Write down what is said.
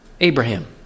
Abraham